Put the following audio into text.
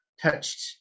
touched